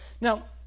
Now